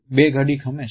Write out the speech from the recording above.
બે ઘડી ખમે છે